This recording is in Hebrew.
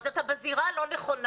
אתה בזירה הלא נכונה.